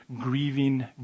grieving